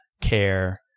care